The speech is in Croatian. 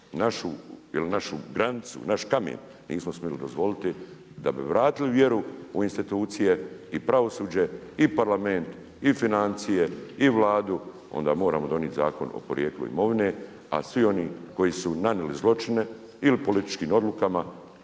našu granicu, naš kamen, nismo smjeli dozvoliti, da bi vratili vjeru u institucije i pravosuđe i Parlament i financije i Vladu onda moramo donijeti Zakon o podrijetlu imovinu, a svi oni koji su nanijeli zločine, ili političkim odlukama,